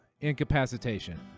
incapacitation